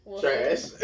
trash